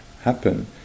happen